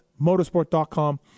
motorsport.com